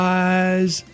eyes